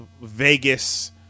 Vegas